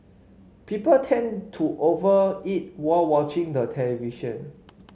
people tend to over eat while watching the television